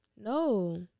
No